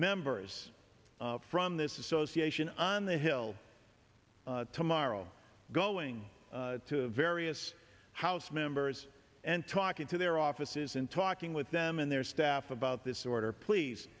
members from this association on the hill tomorrow going to various house members and talking to their offices in talking with them and their staff about this order please